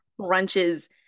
crunches